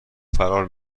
فرار